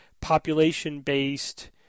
population-based